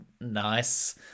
nice